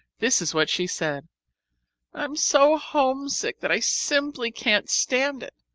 this is what she said i'm so homesick that i simply can't stand it.